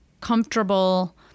comfortable